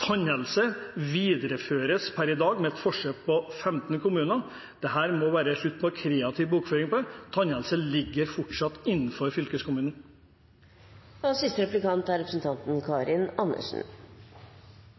Tannhelse videreføres per i dag med et forsøk på 15 kommuner. Det må være slutt på kreativ bokføring, for tannhelse ligger fortsatt innenfor fylkeskommunen. Jeg skjønner det er